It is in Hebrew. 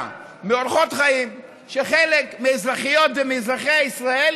של אורחות חיים שחלק מאזרחיות ומאזרחי ישראל,